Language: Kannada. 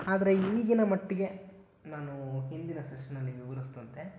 ಆದರೆ ಈಗಿನ ಮಟ್ಟಿಗೆ ನಾನು ಹಿಂದಿನ ಸೆಶನ್ನಲ್ಲಿ ವಿವರಿಸಿದಂತೆ